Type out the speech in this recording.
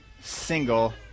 single